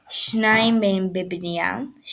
שנאסר על ידי